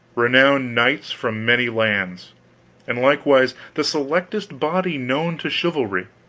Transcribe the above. renowned knights from many lands and likewise the selectest body known to chivalry,